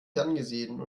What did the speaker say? ferngesehen